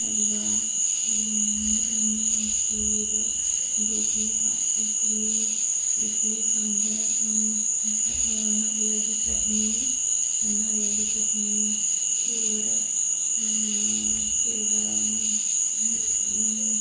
हल्वा बदामें दी खीर डोकलें दा इडली सांबर नारियल दी चटनी नारियल दी चटनी क्यूर फिर